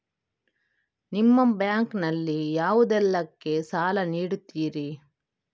ನಿಮ್ಮ ಬ್ಯಾಂಕ್ ನಲ್ಲಿ ಯಾವುದೇಲ್ಲಕ್ಕೆ ಸಾಲ ನೀಡುತ್ತಿರಿ?